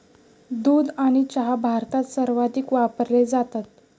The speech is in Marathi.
दूध आणि चहा भारतात सर्वाधिक वापरले जातात